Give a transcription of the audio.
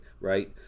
right